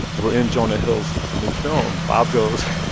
we're in jonah hill's new film. bob goes,